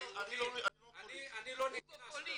אני לא פוליטי.